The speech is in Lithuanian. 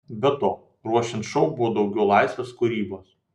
be to ruošiant šou buvo daugiau laisvės kūrybos